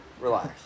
Relax